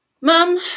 mum